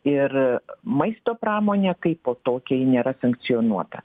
ir maisto pramonė kaipo tokia ji nėra sankcionuota